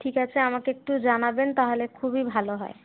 ঠিক আছে আমাকে একটু জানাবেন তাহলে খুবই ভালো হয়